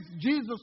Jesus